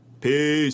Peace